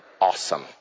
awesome